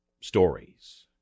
stories